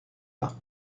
bas